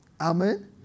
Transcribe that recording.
Amen